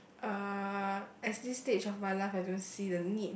uh as this stage of my life I don't see the need